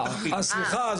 סליחה,